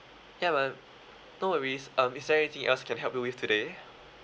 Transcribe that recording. yeah man no worries um is there anything else I can help you with today